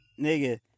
Nigga